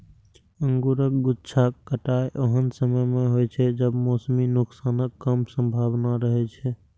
अंगूरक गुच्छाक कटाइ ओहन समय मे होइ छै, जब मौसमी नुकसानक कम संभावना रहै छै